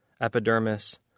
Epidermis